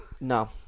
No